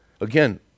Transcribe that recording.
Again